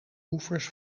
oevers